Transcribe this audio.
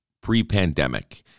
pre-pandemic